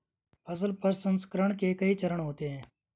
फसल प्रसंसकरण के कई चरण होते हैं